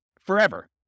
forever